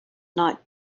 night